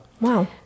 Wow